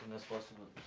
and as possible.